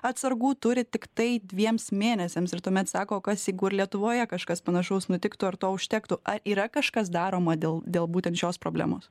atsargų turi tiktai dviems mėnesiams ir tuomet sako kas jeigu ir lietuvoje kažkas panašaus nutiktų ar to užtektų ar yra kažkas daroma dėl dėl būtent šios problemos